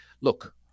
Look